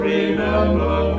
Remember